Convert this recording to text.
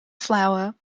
flour